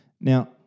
Now